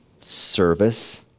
Service